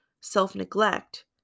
self-neglect